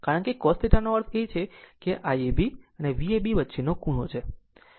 કારણ કે cos θ નો અર્થ આ Iab અને આ Vab વચ્ચેનો ખૂણો છે